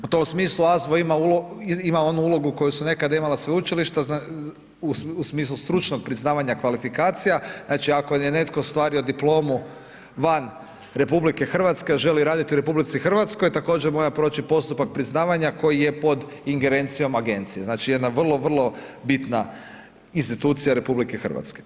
U tom smislu AZVO ima onu ulogu koju su nekad imala sveučilišta u smislu stručnog priznavanja kvalifikacija, znači, ako je netko ostvario diplomu van RH, a želi raditi u RH, također mora proći postupak priznavanja koji je pod ingerencijom agencije, znači jedna vrlo, vrlo bitna institucija RH.